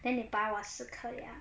then 你拔我四颗牙